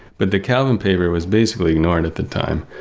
but the calvin paper was basically ignored at the time.